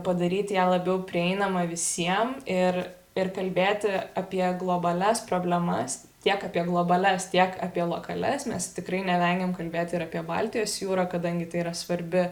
padaryti ją labiau prieinamą visiem ir ir kalbėti apie globalias problemas tiek apie globalias tiek apie lokalias mes tikrai nevengiam kalbėti apie baltijos jūrą kadangi tai yra svarbi